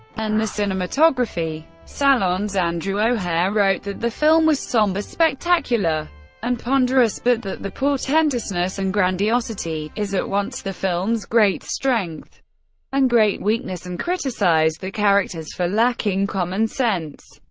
and the cinematography. salons andrew o'hehir wrote that the film was somber, spectacular and ponderous, but that the portentousness and grandiosity. is at once the film's great strength and great weakness and criticized criticized the characters for lacking common sense.